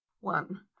one